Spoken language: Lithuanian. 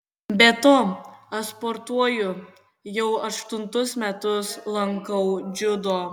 be to aš sportuoju jau aštuntus metus lankau dziudo